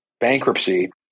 bankruptcy